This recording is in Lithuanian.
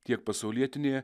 tiek pasaulietinėje